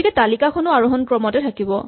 গতিকে তালিকাখনো আৰোহন ক্ৰমতে থাকিব